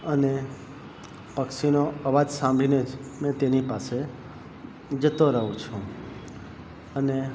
અને પક્ષીનો અવાજ સાંભળીને જ મેં તેની પાસે જતો રહું છું અને